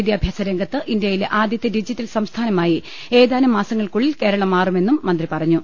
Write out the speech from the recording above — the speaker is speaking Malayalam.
വിദ്യാഭ്യാസ രംഗത്ത് ഇന്ത്യയിലെ ആദ്യത്തെ ഡിജിറ്റൽ സംസ്ഥാനമായി ഏതാനും മാസങ്ങൾക്കുള്ളിൽ കേരളം മാറുമെന്നും മന്ത്രി പറഞ്ഞു